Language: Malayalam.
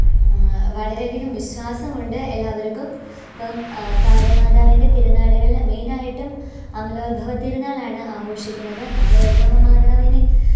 വളരെയധികം വിശ്വാസമുണ്ട് എല്ലാവർക്കും ഇപ്പം പാറേമാതാവിന്റെ തിരുനാളുകളിൽ മെയിൻ ആയിട്ടും അമലോത്ഭവ തിരുനാളാണ് ആഘോഷിക്കുന്നത് അമലോത്ഭവ മാതാവിന്